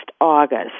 August